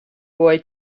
boy